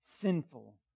sinful